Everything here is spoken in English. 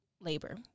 labor